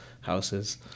houses